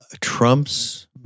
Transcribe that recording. Trump's